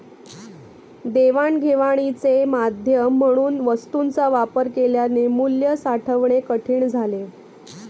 देवाणघेवाणीचे माध्यम म्हणून वस्तूंचा वापर केल्याने मूल्य साठवणे कठीण झाले